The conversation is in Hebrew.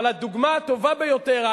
אבל הדוגמה הטובה ביותר,